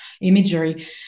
imagery